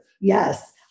yes